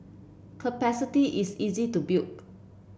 capacity is easy to build